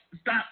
stop